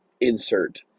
insert